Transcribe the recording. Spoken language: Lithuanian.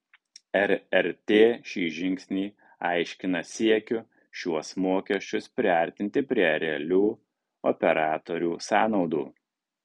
rrt šį žingsnį aiškina siekiu šiuos mokesčius priartinti prie realių operatorių sąnaudų